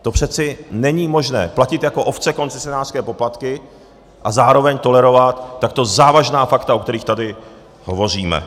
To přeci není možné, platit jako ovce koncesionářské poplatky a zároveň tolerovat takto závažná fakta, o kterých tady hovoříme.